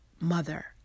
mother